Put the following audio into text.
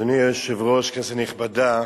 אדוני היושב-ראש, כנסת נכבדה,